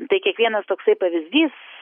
tai kiekvienas toksai pavyzdys